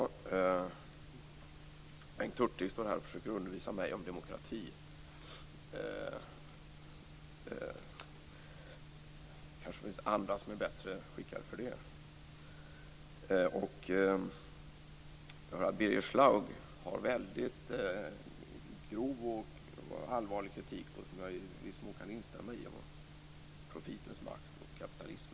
Herr talman! Bengt Hurtig försöker undervisa mig om demokrati. Det finns kanske andra som är bättre skickade för det. Birger Schlaug framför en grov och allvarlig kritik, som jag i viss mån kan instämma i, mot profitens makt och kapitalismen.